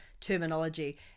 terminology